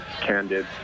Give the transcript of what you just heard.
candid